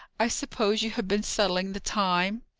i suppose you have been settling the time.